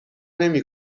نمی